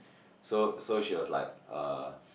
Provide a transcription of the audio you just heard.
so so she was like uh